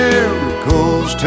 Miracles